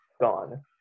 Gone